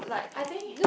I think